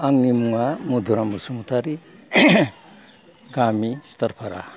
आंनि मुङा मधुराम बसुमतारि गामि सिथारफारा